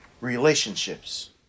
relationships